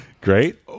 Great